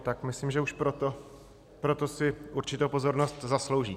Tak myslím, že už proto si určitou pozornost zaslouží.